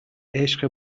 عشق